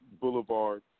Boulevard